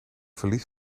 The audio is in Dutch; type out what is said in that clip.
verlies